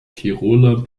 tiroler